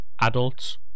adults